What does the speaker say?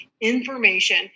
information